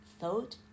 thought